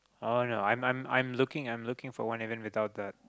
oh no I'm I'm I'm looking I'm looking for one even without that